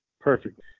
perfect